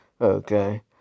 Okay